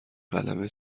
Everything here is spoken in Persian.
قلمه